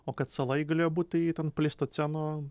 o kad sala ji galėjo būt tai ten pleistoceno